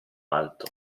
alto